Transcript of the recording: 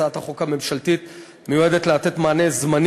הצעת החוק הממשלתית מיועדת לתת מענה זמני